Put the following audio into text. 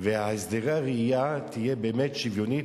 והסדרי הראייה יהיו באמת שוויוניים,